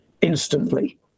instantly